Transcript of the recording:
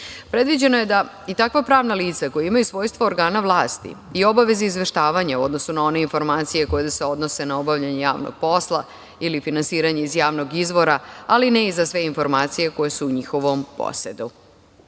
vlasti. Predviđeno je da i takva pravna lica koja imaju svojstvo organa vlasti i obaveze izveštavanja u odnosu na one informacije koje se odnose na obavljanje javnog posla ili finansiranje iz javnog izvora, ali ne i za sve informacije koje su u njihovom posedu. Kako